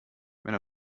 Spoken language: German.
wenn